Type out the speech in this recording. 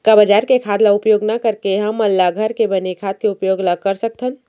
का बजार के खाद ला उपयोग न करके हमन ल घर के बने खाद के उपयोग ल कर सकथन?